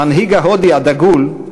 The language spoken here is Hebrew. המנהיג ההודי הדגול,